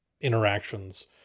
interactions